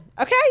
Okay